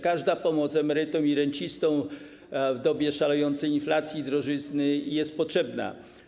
Każda pomoc emerytom i rencistom w dobie szalejącej inflacji, drożyzny jest potrzebna.